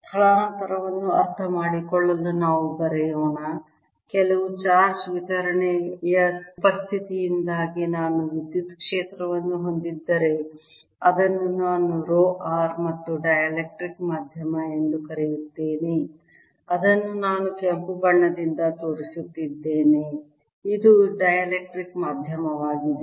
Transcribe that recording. ಸ್ಥಳಾಂತರವನ್ನು ಅರ್ಥಮಾಡಿಕೊಳ್ಳಲು ನಾವು ಬರೆಯೋಣ ಕೆಲವು ಚಾರ್ಜ್ ವಿತರಣೆಯ ಉಪಸ್ಥಿತಿಯಿಂದಾಗಿ ನಾನು ವಿದ್ಯುತ್ ಕ್ಷೇತ್ರವನ್ನು ಹೊಂದಿದ್ದರೆ ಅದನ್ನು ನಾನು ರೋ r ಮತ್ತು ಡೈಎಲೆಕ್ಟ್ರಿಕ್ ಮಾಧ್ಯಮ ಎಂದು ಕರೆಯುತ್ತೇನೆ ಅದನ್ನು ನಾನು ಕೆಂಪು ಬಣ್ಣದಿಂದ ತೋರಿಸುತ್ತಿದ್ದೇನೆ ಇದು ಡೈಎಲೆಕ್ಟ್ರಿಕ್ ಮಾಧ್ಯಮವಾಗಿದೆ